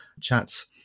chats